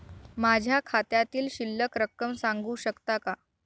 माझ्या खात्यातील शिल्लक रक्कम सांगू शकता का?